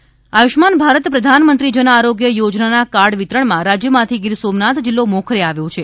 ગીર સોમનાથ આયુષ્માન ભારત પ્રધાનમંત્રી જન આરોગ્ય યોજનાની કાર્ડ વિતરણમાં રાજ્યમાંથી ગીર સોમનાથ જિલ્લો મોખરે આવ્યો છે